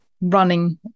running